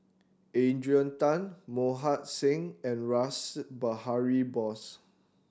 Adrian Tan Mohan Singh and Rash Behari Bose